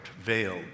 veiled